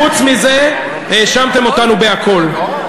חוץ מזה האשמתם אותנו בכול.